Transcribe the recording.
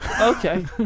Okay